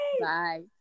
Bye